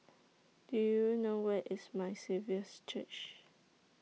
Do YOU know Where IS My Saviour's Church